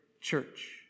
church